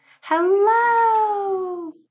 hello